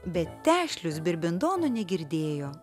bet tešlius birbindono negirdėjo